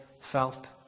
felt